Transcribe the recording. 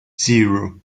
zero